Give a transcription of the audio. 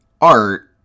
art